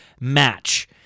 match